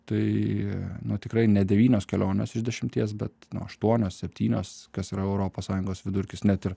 tai nu tikrai ne devynios kelionės iš dešimties bet nu aštuonios septynios kas yra europos sąjungos vidurkis net ir